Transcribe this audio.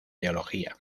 teología